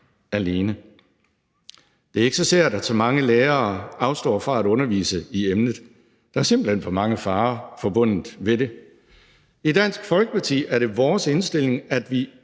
alene. Det er ikke så sært, at så mange lærere afstår fra at undervise i emnet. Der er simpelt hen for mange farer forbundet med det. I Dansk Folkeparti er det vores indstilling, at vi